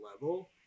level